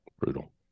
Brutal